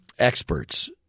experts